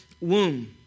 womb